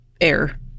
air